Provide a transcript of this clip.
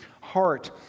heart